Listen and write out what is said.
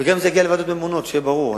וזה יגיע גם לוועדות ממונות, שיהיה ברור.